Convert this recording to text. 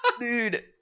Dude